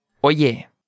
Oye